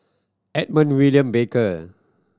Edmund William Barker